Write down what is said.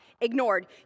Ignored